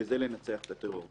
וזה לנצח את הטרור.